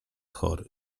chory